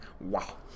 Wow